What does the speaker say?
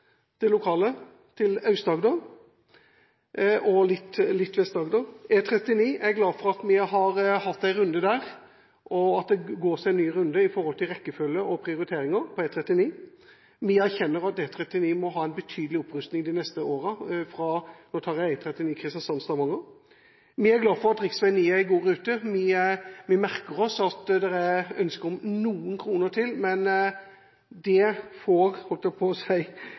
det lokale, til Aust-Agder og litt til Vest-Agder: E39. Jeg er glad for at vi har hatt en runde der, og at det er en ny runde om rekkefølge og prioriteringer på E39. Vi erkjenner at E39 må ha en betydelig opprustning de neste årene – da tar jeg inn Kristiansand–Stavanger. Vi er glad for at rv. 9 er godt i rute. Vi merker oss at det er ønske om noen kroner til, men det får tiden vise. Jeg er sikker på